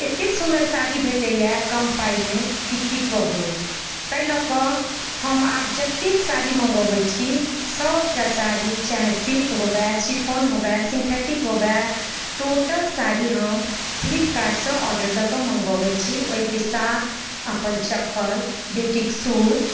एत्तेक सुन्दर साड़ी भेटैए कम पाइमे कि की कहू तेहि लअ कऽ हम आब जतेक साड़ी मँगबै छी सभटा साड़ी चाहे सिल्क होवै शिफॉन होवै चाहे सिन्थेटिक होवै टोटल साड़ी हम फ्लिपकार्टसँ ऑर्डर दअ कऽ मँगबाबै छी ओहिके साथ अपन चप्पल बेटीके सूट